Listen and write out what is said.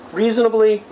reasonably